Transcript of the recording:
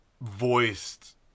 voiced